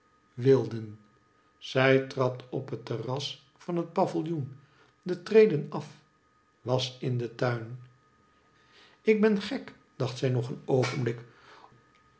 wilden zij trad op het terras van het pavillioen de treden af was in den tuin ik ben gek dacht zij nog een oogenblik